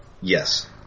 Yes